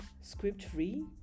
script-free